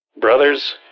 brothers